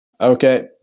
Okay